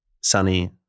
sunny